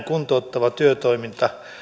kuntouttava työtoiminta sanotaan näin